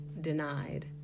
denied